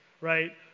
Right